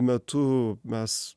metu mes